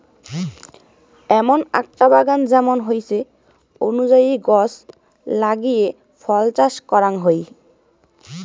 এমন আকটা বাগান যেমন ইচ্ছে অনুযায়ী গছ লাগিয়ে ফল চাষ করাং হই